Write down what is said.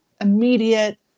immediate